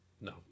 No